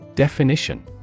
Definition